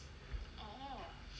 oh